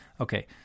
Okay